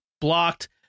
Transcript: blocked